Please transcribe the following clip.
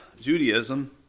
Judaism